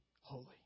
holy